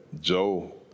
Joe